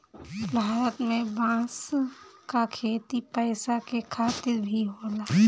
भारत में बांस क खेती पैसा के खातिर भी होला